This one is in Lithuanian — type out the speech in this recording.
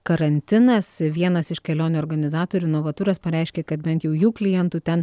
karantinas vienas iš kelionių organizatorių novaturas pareiškė kad bent jau jų klientų ten